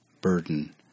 burden